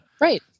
Right